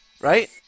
right